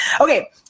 Okay